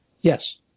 Yes